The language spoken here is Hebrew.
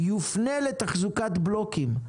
יופנה לתחזוקת בלוקים.